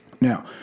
Now